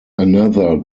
another